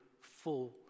full